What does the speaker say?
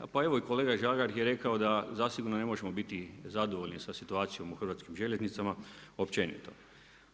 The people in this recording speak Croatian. A pa evo, i kolega Žagar je rekao da zasigurno ne možemo biti zadovoljni sa situacijom u hrvatskim željeznicama, općenito,